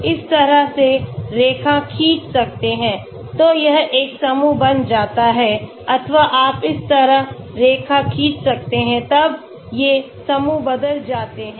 आप इस तरह से रेखा खींच सकते हैं तो यह एक समूह बन जाता है अथवा आप इस तरह रेखा खींच सकते हैं तब ये समूह बदल जाते हैं